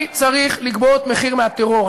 אני צריך לגבות מחיר מהטרור,